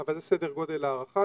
אבל זה סדר גודל ההערכה.